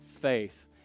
faith